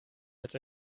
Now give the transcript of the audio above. als